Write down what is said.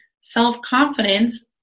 self-confidence